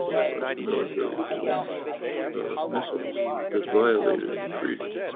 for for us the military to launch missiles that violated the treaty.